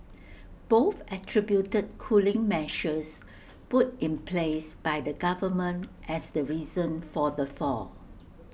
both attributed cooling measures put in place by the government as the reason for the fall